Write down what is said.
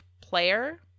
player